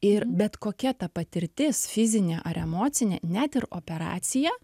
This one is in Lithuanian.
ir bet kokia ta patirtis fizinė ar emocinė net ir operacija